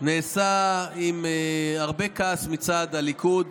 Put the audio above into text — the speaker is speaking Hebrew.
נעשה עם הרבה כעס מצד הליכוד